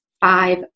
five